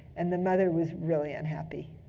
and the mother was really unhappy.